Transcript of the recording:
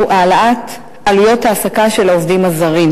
העלאת עלויות ההעסקה של העובדים הזרים,